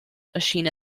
erschien